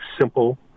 simple